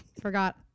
Forgot